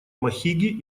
махиги